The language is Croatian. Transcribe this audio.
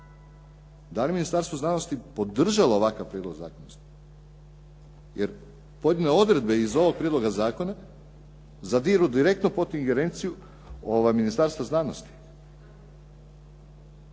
Da li je Ministarstvo znanosti podržalo ovakav prijedlog zakona? Jer, pojedine odredbe iz ovog prijedloga zakona zadiru direktno pod ingerenciju Ministarstva znanosti.